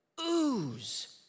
ooze